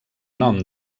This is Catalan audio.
nom